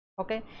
Okay